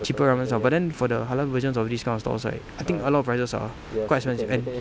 cheaper ramen stalls but then for the halal versions of these kind of stalls right I think a lot of prices are quite expensive and